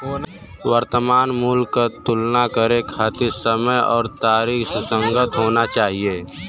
वर्तमान मूल्य क तुलना करे खातिर समय आउर तारीख सुसंगत होना चाही